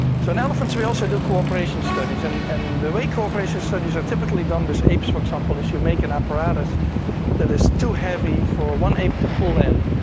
so in elephants we also do cooperation studies, and and the way cooperation studies are typically done with apes, for example, is you make an apparatus that is too heavy for one ape to pull in,